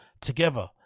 together